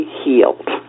healed